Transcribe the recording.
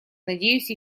надеюсь